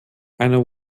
eine